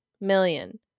million